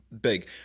big